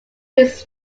his